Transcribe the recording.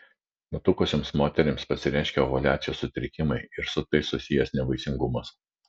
nutukusioms moterims pasireiškia ovuliacijos sutrikimai ir su tai susijęs nevaisingumas